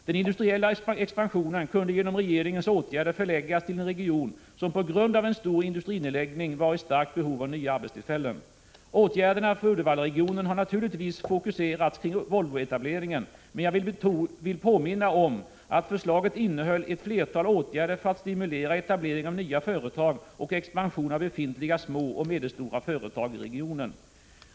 Den industriella expansionen kunde genom regeringens åtgärder förläggas till en region som på grund av en stor industrinedläggning var i starkt behov av nya arbetstillfällen. Åtgärderna för Uddevallaregionen har naturligtvis fokuserats kring Volvoetableringen, men jag vill påminna om att förslaget innehöll ett flertal åtgärder för att stimulera etablering av nya företag och expansion av befintliga små och medelstora företag i regionen.